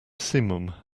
simum